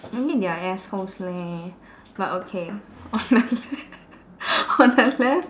maybe they're assholes leh but okay on the left on the left